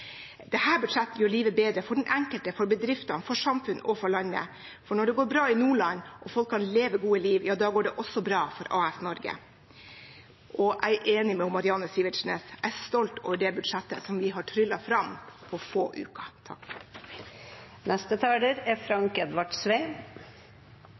budsjettet gjør livet bedre for den enkelte, for bedriftene, for samfunnet og for landet. For når det går bra i Nordland og folk kan leve et godt liv, da går det også bra for AS Norge. Og jeg er enig med Marianne Sivertsen Næss: Jeg er stolt over det budsjettet som vi har tryllet fram på få uker.